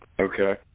Okay